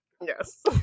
Yes